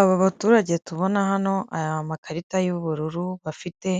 Aba baturage tubona hano, aya makarita y'ubururu bafite,